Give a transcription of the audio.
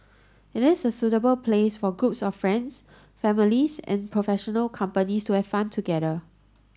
it is a suitable place for groups of friends families and professional companies to have fun together